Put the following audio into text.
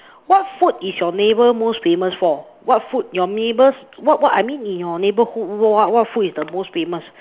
what food is your neighbour most famous for what food your neighbours what what I mean in your neighbourhood what food is the most famous